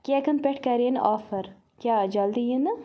کیکن پٮ۪ٹھ کَر یِنۍ آفر ؟ کیٛاہ جلدٕی یِنہٕ؟